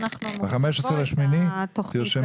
מנהלת הוועדה, בבקשה תרשמי.